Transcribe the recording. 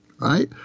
right